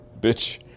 bitch